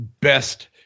best